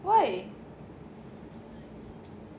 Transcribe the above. why